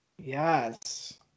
Yes